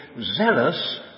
zealous